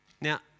Now